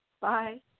Bye